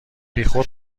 بیخود